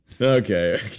Okay